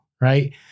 Right